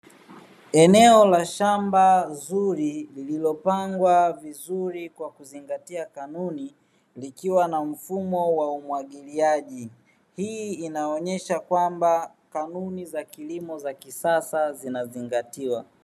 Eneo la shamba zuri lililopangwa vizuri kwa kuzingatia kanuni likiwa na mfumo wa umwagiliaji. Hii inaonesha kwamba kanuni za kilimo za kisasa zinazingatiwa.